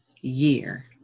year